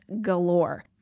galore